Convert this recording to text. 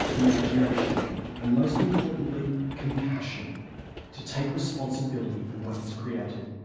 imagination and most importantly compassion to take responsibility for what he has created.